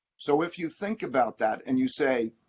so if you think about that and you say,